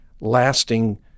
lasting